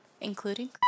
Including